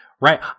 Right